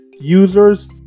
users